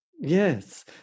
Yes